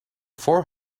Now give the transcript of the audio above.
four